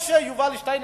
האם יובל שטייניץ,